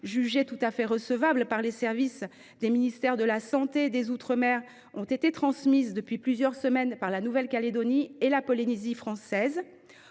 jugées tout à fait recevables par les services des ministères de la santé et des outre mer, ont été transmises depuis plusieurs semaines par la Nouvelle Calédonie et la Polynésie française.